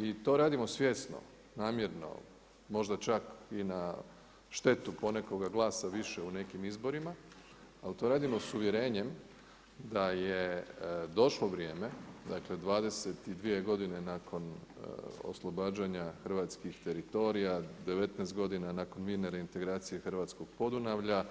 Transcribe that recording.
I to radimo svjesno, namjerno, možda čak i na štetu ponekoga glasa više u nekim izborima, ali to radimo sa uvjerenjem da je došlo vrijeme, dakle 22 godine nakon oslobađanja hrvatskih teritorija, 19 godina nakon mirne reintegracije hrvatskog Podunavlja,